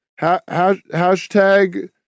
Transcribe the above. hashtag